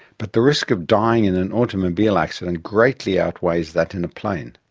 but the risk of dying in an automobile accident greatly outweighs that in a plane.